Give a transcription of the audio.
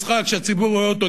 זה משחק שהציבור רואה אותו,